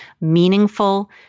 meaningful